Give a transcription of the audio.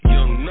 Young